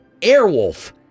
Airwolf